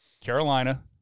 Carolina